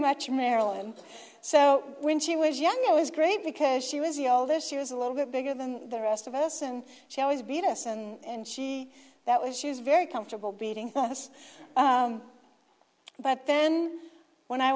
much marilyn so when she was young it was great because she was older she was a little bit bigger than the rest of us and she always beat us and she that was she was very comfortable beating us but then when i